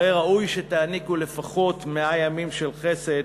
הרי ראוי שתעניקו לפחות מאה ימים של חסד,